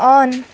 on